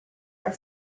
are